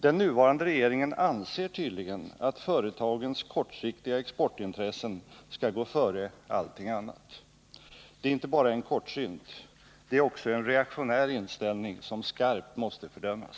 Den nuvarande regeringen anser tydligen att företagens kortsiktiga exportintressen skall gå före allting annat. Det är inte bara en kortsynt utan också en reaktionär inställning, som skarpt måste fördömas.